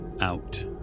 out